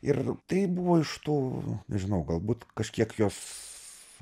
ir tai buvo iš tų nežinau galbūt kažkiek jos